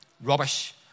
Rubbish